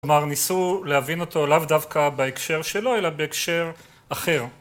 כלומר, ניסו להבין אותו לאו דווקא בהקשר שלו, אלא בהקשר אחר.